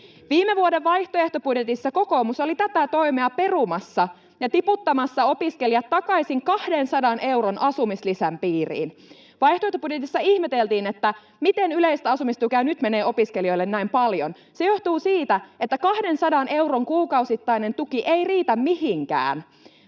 Viime vuoden vaihtoehtobudjetissa kokoomus oli tätä toimea perumassa ja tiputtamassa opiskelijat takaisin 200 euron asumislisän piiriin. Vaihtoehtobudjetissa ihmeteltiin, miten yleistä asumistukea nyt menee opiskelijoille näin paljon. Se johtuu siitä, että 200 euron kuukausittainen tuki ei riitä mihinkään.